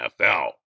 NFL